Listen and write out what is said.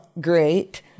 great